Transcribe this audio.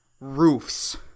roofs